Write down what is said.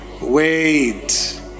wait